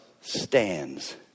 stands